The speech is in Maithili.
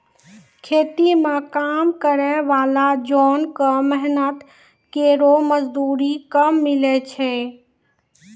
खेती म काम करै वाला जोन क मेहनत केरो मजदूरी कम मिलै छै